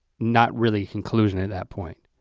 not really a conclusion at that point?